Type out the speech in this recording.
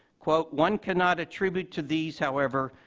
quote, one cannot attribute to these, however,